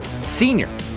senior